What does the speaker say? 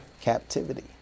captivity